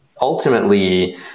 ultimately